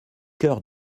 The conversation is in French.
cœur